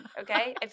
okay